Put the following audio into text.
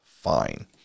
fine